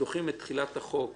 את תחילת החוק